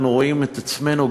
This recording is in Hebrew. אנחנו רואים את עצמנו,